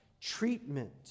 Treatment